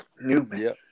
Newman